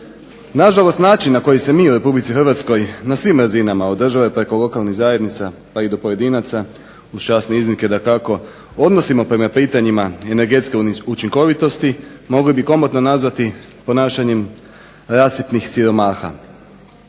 Nažalost način na koji se mi u RH na svim razinama od države preko lokalnih zajednica pa i do pojedinaca uz časne iznimke dakako odnosimo prema pitanjima energetske učinkovitosti mogli bi komotno nazvati ponašanjem rasipnih siromaha.